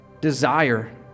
desire